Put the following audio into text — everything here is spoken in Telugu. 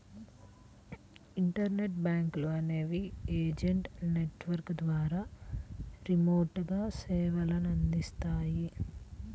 ఇంటర్నెట్ బ్యాంకులు అనేవి ఏజెంట్ నెట్వర్క్ ద్వారా రిమోట్గా సేవలనందిస్తాయి